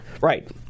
Right